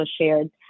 shared